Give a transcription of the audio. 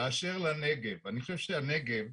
באשר לנגב אני חושב שהנגב,